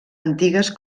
antigues